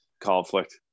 conflict